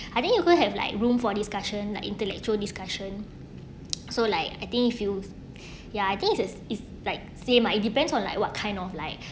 I think you could have like room for discussion like intellectual discussion so like I think it feel ya I think is if like same ah it depends on like what kind of like